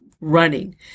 running